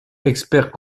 expert